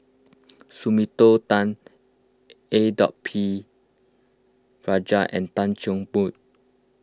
Sumiko Tan A dot P Rajah and Tan Cheng Bock